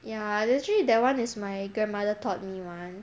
ya actually that [one] is my grandmother taught me [one]